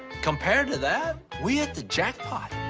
compared to that, we hit the jack pot!